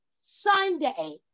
Sunday